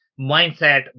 mindset